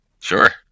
Sure